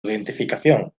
identificación